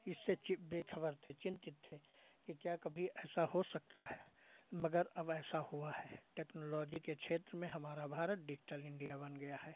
इससे बेखबर थे चिंतित थे कि क्या कभी ऐसा हो सकता है मगर अब ऐसा हुआ है टेक्नोलॉजी के क्षेत्र में हमारा भारत डिज़िटल इंडिया बन गया है